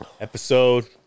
episode